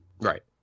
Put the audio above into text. Right